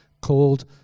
called